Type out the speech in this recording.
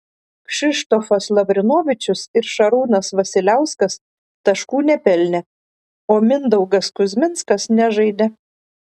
kšištofas lavrinovičius ir šarūnas vasiliauskas taškų nepelnė o mindaugas kuzminskas nežaidė